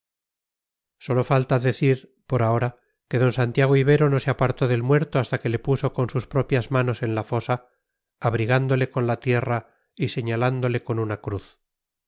sólo falta decir por ahora que d santiago ibero no se apartó del muerto hasta que le puso con sus propias manos en la fosa abrigándole con la tierra y señalándole con una cruz